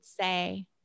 say